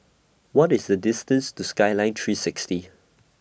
What IS The distance to Skyline three sixty